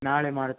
ನಾಳೆ ಮಾಡು